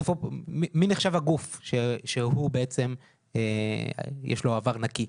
מי נחשב הגוף שיש לו עבר נקי?